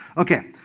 okay.